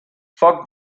foc